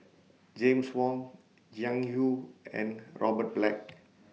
James Wong Jiang YOU and Robert Black